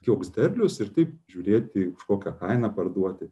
koks derlius ir taip žiūrėti už kažkokią kainą parduoti